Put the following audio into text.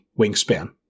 wingspan